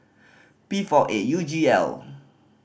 P four eight U G L